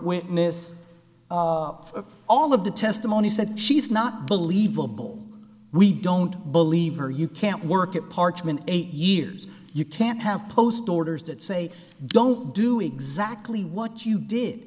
witness up all of the testimony said she's not believable we don't believe her you can't work it parchment eight years you can't have post orders that say don't do exactly what you did